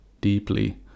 deeply